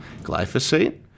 glyphosate